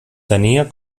tenia